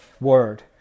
word